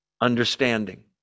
understanding